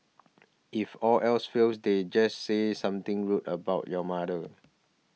if all else fails they'd just say something rude about your mother